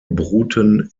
bruten